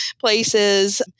places